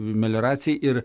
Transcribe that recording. melioracijai ir